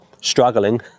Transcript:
struggling